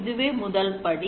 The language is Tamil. இது முதல் படி